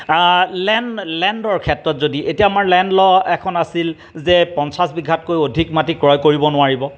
land লেণ্ডৰ ক্ষেত্ৰত যদি এতিয়া আমাৰ লেণ্ড ল' এখন আছিল যে পঞ্চাছ বিঘাতকৈ অধিক মাটি ক্ৰয় কৰিব নোৱাৰিব